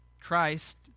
Christ